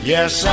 Yes